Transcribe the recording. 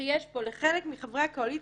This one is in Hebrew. שיש פה לחלק מחברי הקואליציה,